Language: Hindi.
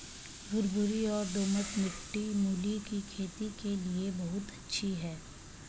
भुरभुरी और दोमट मिट्टी मूली की खेती के लिए बहुत अच्छी है